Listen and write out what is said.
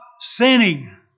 sinning